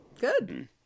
Good